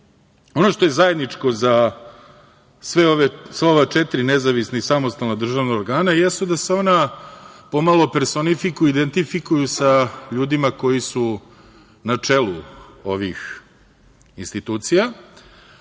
što je zajedničko za sva ova četiri nezavisna i samostalna državna organa jeste da se ona pomalo personifikuju i identifikuju sa ljudima koji su na čelu ovih institucija,